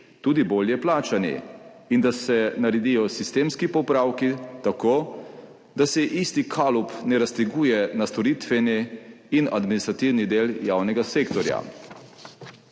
tudi bolje plačani, in da se naredijo sistemski popravki tako, da se isti kalup ne razteguje na storitveni in administrativni del javnega sektorja.